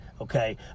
okay